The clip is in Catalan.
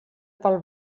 pel